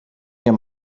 mir